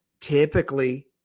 Typically